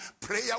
Prayer